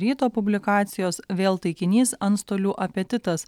ryto publikacijos vėl taikinys antstolių apetitas